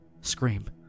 scream